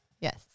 Yes